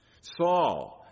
Saul